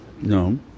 No